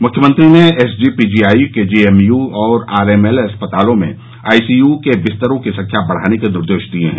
मुख्यमंत्री ने SGPGI KGMU और आरएमएल अस्पतालों में आईसीयू के बिस्तरों की संख्या बढ़ाने के निर्देश दिये हैं